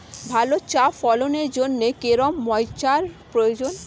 ভালো চা ফলনের জন্য কেরম ময়স্চার প্রয়োজন?